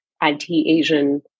anti-Asian